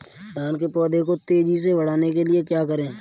धान के पौधे को तेजी से बढ़ाने के लिए क्या करें?